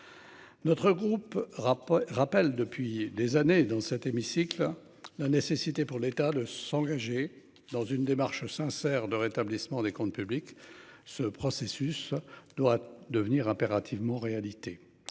Notre groupe rapport rappelle depuis des années dans cet hémicycle. La nécessité pour l'État de s'engager dans une démarche sincères de rétablissement des comptes publics. Ce processus doit devenir impérativement réalité.